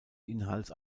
inhalts